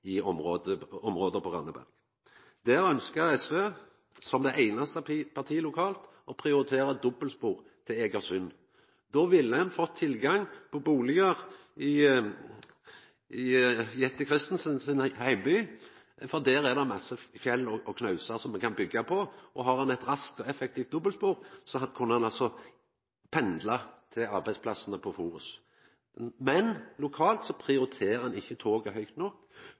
i området på Randaberg. Der ønskjer SV som det einaste partiet lokalt å prioritera dobbeltspor til Egersund. Då ville ein fått tilgang på bustader i Jette Christensen sin heimby, for der er det mange fjell og knausar me kan byggja på. Har ein eit raskt og effektivt dobbeltspor, kan ein pendla til arbeidsplassane på Forus. Men lokalt prioriterer ein ikkje toget høgt nok,